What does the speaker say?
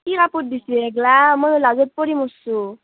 কি কাপোৰ দিছিয়ে সেগলা মই লাজত পৰি মৰিছোঁ